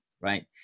right